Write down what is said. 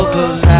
Cause